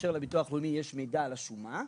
כאשר לביטוח הלאומי יש מידע על השומה,